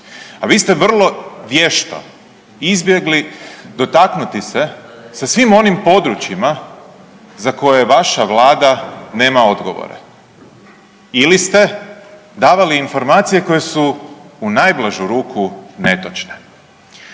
a vi ste vrlo vješto izbjegli dotaknuti se sa svim onim područjima za koje vaša vlada nema odgovore ili ste davali informacije koje su u najblažu ruku netočne.